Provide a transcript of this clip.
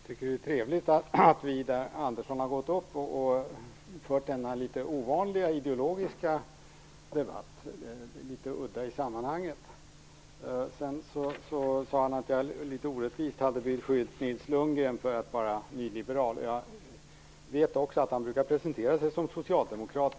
Herr talman! Jag tycker att det är trevligt att Widar Andersson har gått upp i talarstolen och fört denna litet ovanliga ideologiska debatt. Den är litet udda i sammanhanget. Han sade att jag litet orättvist hade beskyllt Nils Lundgren för att vara nyliberal. Jag vet också att han brukar presentera sig som socialdemokrat.